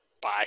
Bye